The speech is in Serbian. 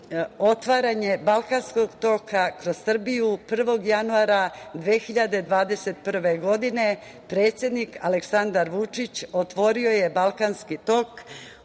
otvaranje balkanskog toka kroz Srbiju 1. januara 2021. godine, predsednik Aleksandar Vučić otvorio je Balkanski tok